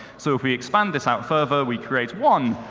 so if we expand this out further, we create one,